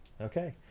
Okay